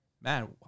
Man